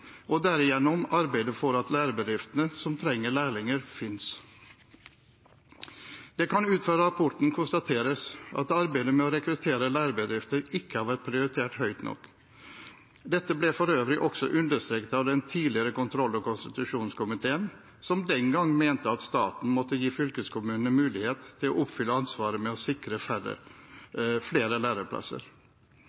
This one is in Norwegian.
og derigjennom arbeide for at lærebedriftene som trenger lærlinger, finnes. Det kan ut fra rapporten konstateres at arbeidet med å rekruttere lærebedrifter ikke har vært prioritert høyt nok. Dette ble for øvrig også understreket av den tidligere kontroll- og konstitusjonskomiteen, som den gangen mente at staten måtte gi fylkeskommunene mulighet til å oppfylle ansvaret med å sikre